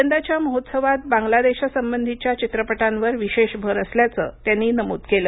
यंदाच्या महोत्सवात बांगलादेशासंबंधीच्या चित्रपटांवर विशेष भर असल्याचं त्यांनी नमूद केलं